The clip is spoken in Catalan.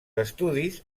estudis